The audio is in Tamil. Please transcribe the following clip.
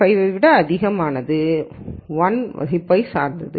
5 ஐ விட பெரியது 1 ஆம் வகுப்பைச் சேர்ந்தது